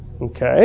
Okay